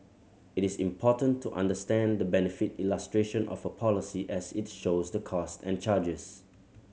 it is important to understand the benefit illustration of a policy as it shows the cost and charges